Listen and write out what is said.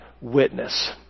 witness